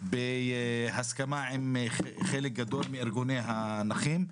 בהסכמה עם חלק גדול מארגוני הנכים.